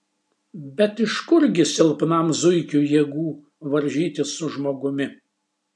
bet iš kurgi silpnam zuikiui jėgų varžytis su žmogumi